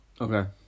Okay